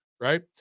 Right